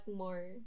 more